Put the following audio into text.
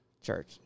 Church